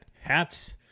Hats